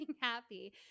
happy